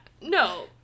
no